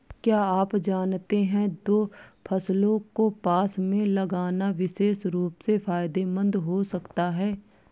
क्या आप जानते है दो फसलों को पास में लगाना विशेष रूप से फायदेमंद हो सकता है?